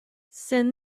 send